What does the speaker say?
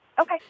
Okay